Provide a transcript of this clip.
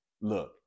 look